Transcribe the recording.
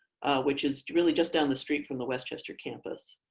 which is really just down the street from the westchester campus.